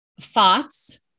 thoughts